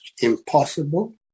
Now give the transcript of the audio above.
impossible